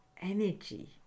energy